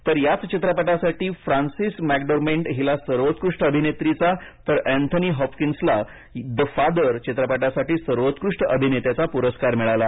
तर याच चित्रपटासाठी फ्रान्सिस मकडोरमेंड हिला सर्वोत्कृष्ट अभिनेत्रीचा तर एन्थनी हॉपकिन्सला द फादर चित्रपटासाठी सर्वोत्कृष्ट अभिनेत्याचा पुरस्कार मिळाला